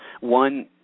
one